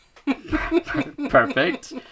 Perfect